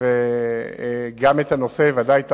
את הנושא, ובוודאי תרמה.